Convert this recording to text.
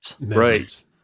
right